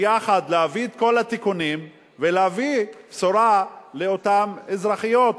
ביחד להביא את כל התיקונים ולהביא בשורה לאותן אזרחיות,